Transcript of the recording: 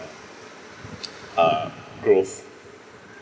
uh growth